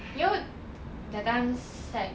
you know that time sec